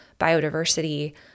biodiversity